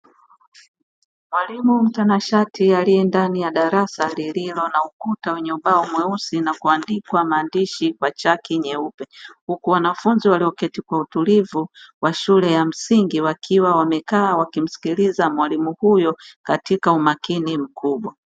Mwalimu mtanashati aliye ndani ya darasa lililo na ukuta wenye ubao mweusi na kuandikwa maandishi kwa chaki nyeupe. Huku wanafunzi walioketi kwa utulivu wa shule ya msingi wakiwa wamekaa wakimsikiliza mwalimu huyo katika umakini mkubwa.